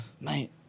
mate